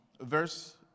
verse